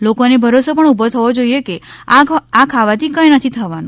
લોકોને ભરોષો પણ ઉભો થવો જોઇએ કે આ ખાવાથી કઇ નથી થવાનું